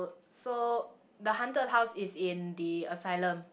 so the haunted house is in the asylum